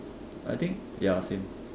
I think ya same